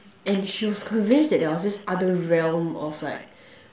and she was convinced that there was this other realm of like